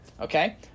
Okay